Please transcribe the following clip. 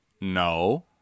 No